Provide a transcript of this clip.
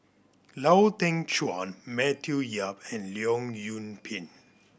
Lau Teng Chuan Matthew Yap and Leong Yoon Pin